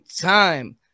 time